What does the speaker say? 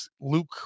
Luke